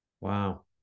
Wow